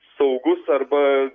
saugus arba